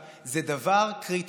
שווא, זה דבר קריטי.